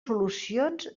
solucions